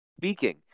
Speaking